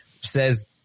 says